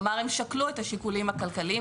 כלומר הם שקלו את השיקולים הכלכליים,